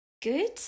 good